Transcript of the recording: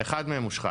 אחד מהם הושחת.